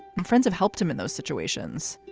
and friends have helped him in those situations.